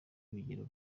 rugero